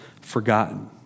forgotten